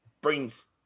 brings –